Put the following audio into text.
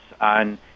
on